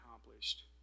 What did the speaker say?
accomplished